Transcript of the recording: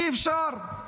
אי-אפשר.